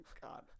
God